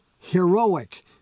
heroic